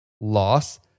loss